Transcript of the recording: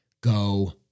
go